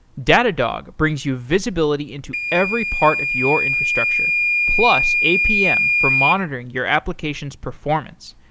datadog brings you visibility into every part of your infrastructure, plus, apm for monitoring your application's performance.